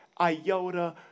iota